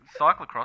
cyclocross